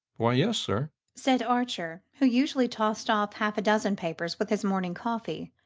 why, yes, sir, said archer, who usually tossed off half a dozen papers with his morning coffee.